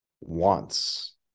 wants